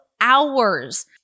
hours